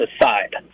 aside